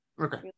okay